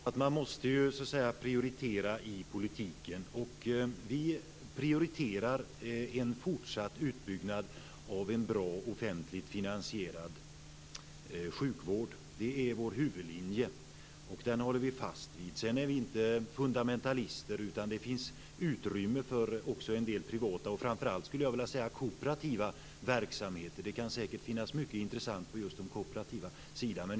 Fru talman! Man måste prioritera inom politiken. Vi prioriterar en fortsatt utbyggnad av en bra offentligt finansierad sjukvård. Det är vår huvudlinje. Den håller vi fast vid. Vi är inte fundamentalister, utan det finns utrymme för en del privata och kooperativa verksamheter. Det finns säkert mycket intressant på den kooperativa sidan.